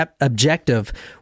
objective